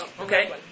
Okay